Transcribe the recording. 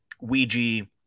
Ouija